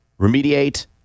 remediate